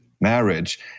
marriage